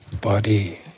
body